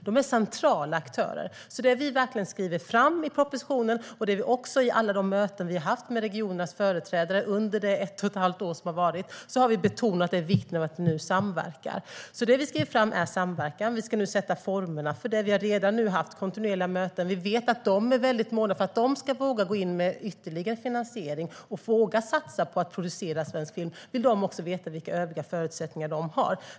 De är centrala aktörer, så det vi verkligen lyfter fram i propositionen och har betonat i alla våra möten med regionerna under det senaste ett och ett halvt året är vikten av att vi samverkar. Nu ska vi sätta formerna för denna samverkan. Vi har redan haft kontinuerliga möten, och vi vet att för att regionerna ska våga gå in med ytterligare finansiering och våga satsa på att producera svensk film vill de veta vilka övriga förutsättningar de har.